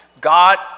God